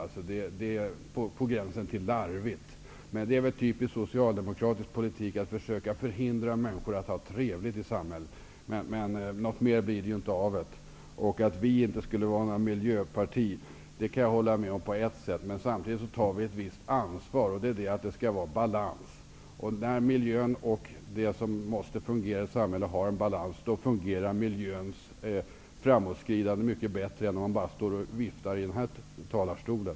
Det är på gränsen till larvigt. Men det är väl typisk socialdemokratisk politik att försöka förhindra människor att ha trevligt i samhället. Men något mer blir det inte av det. Att vi inte skulle vara något miljöparti kan jag hålla med om på ett sätt. Samtidigt tar vi ett visst ansvar. Det är att det skall vara balans. När miljön och det som måste fungera i samhället har en balans, då fungerar miljöns framåtskridande mycket bättre än om man bara står och viftar i den här talarstolen.